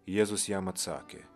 jėzus jam atsakė